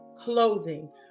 clothing